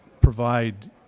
provide